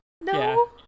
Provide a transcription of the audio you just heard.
No